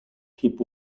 keep